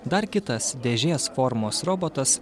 dar kitas dėžės formos robotas